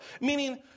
Meaning